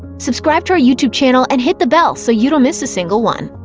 subscribe to our youtube channel and hit the bell so you don't miss a single one.